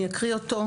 אני אקריא אותו.